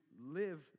Live